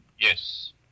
Yes